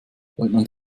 leutnant